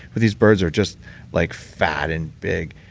but these birds are just like fat and big.